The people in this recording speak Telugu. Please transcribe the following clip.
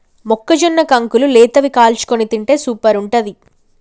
మొక్కజొన్న కంకులు లేతవి కాల్చుకొని తింటే సూపర్ ఉంటది